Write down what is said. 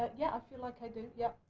yeah, i feel like i do, yeah.